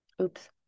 oops